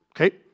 Okay